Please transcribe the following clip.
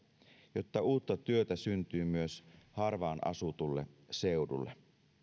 jotta uutta työtä syntyy myös harvaan asutulle seudulle